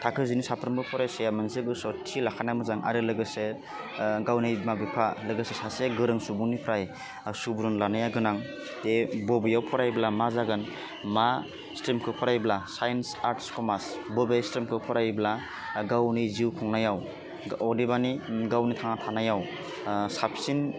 थाखो जिनि साफ्रोमबो फरायसाया मोनसे गोसोआव थि लाखानाया मोजां आरो लोगोसे गावनि बिमा बिफा लोगोसे सासे गोरों सुबुंनिफ्राय सुबुरुन लानाया गोनां दे बबेयाव फरायोब्ला मा जागोन मा स्ट्रिमखौ फरायोब्ला साइन्स आर्स कमार्स बबे स्ट्रिमखौ फरायोब्ला गावनि जिउ खुंनायाव अदेबानि गावनि थांना थानायाव साबसिन